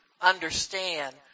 understand